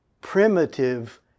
primitive